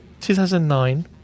2009